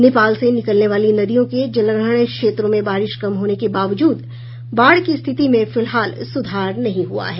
नेपाल से निकलने वाली नदियों के जलग्रहण क्षेत्रों में बारिश कम होने के बावजूद बाढ़ की स्थिति में फिलहाल सुधार नहीं हुआ है